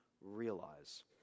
realize